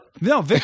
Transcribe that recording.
No